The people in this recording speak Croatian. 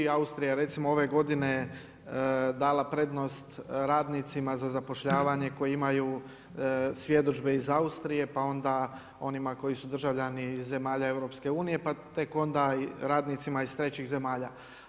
Austrija je recimo ove godine dala prednost radnicima za zapošljavanje koji imaju svjedodžbe iz Austrije, pa onda onima koji su državljani zemalja EU, pa tek onda radnicima iz trećih zemalja.